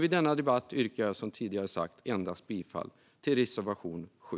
Vid denna debatt yrkar jag som tidigare sagt endast bifall till reservation 7.